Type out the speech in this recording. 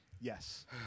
Yes